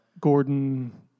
Gordon